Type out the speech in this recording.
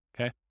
okay